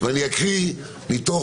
אני אקרא מתוך